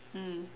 mm